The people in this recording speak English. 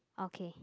okay